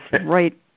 right